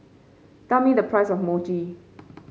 tell me the price of Mochi